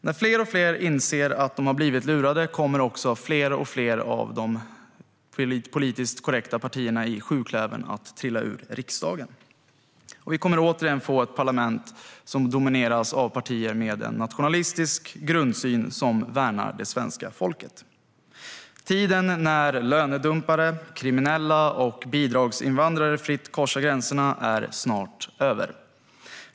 När fler och fler inser att de har blivit lurade kommer också fler och fler av de politiskt korrekta partierna i sjuklövern att trilla ur riksdagen. Vi kommer återigen att få ett parlament som domineras av partier med en nationalistisk grundsyn som värnar det svenska folket. Tiden när lönedumpare, kriminella och bidragsinvandrare fritt korsar gränserna är snart över.